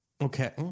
Okay